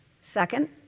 Second